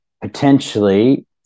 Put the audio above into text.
potentially